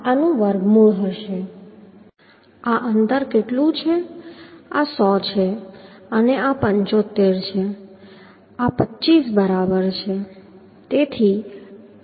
આ r આનું વર્ગમૂળ હશે આ અંતર કેટલું છે આ 100 છે અને આ 75 છે આ 25 બરાબર છે